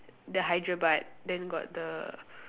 the Hyderabad then got the